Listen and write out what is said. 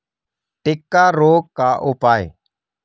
टिक्का रोग का उपाय?